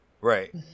Right